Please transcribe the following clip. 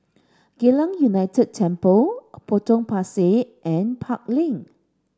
Geylang United Temple Potong Pasir and Park Lane